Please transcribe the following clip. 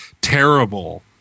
terrible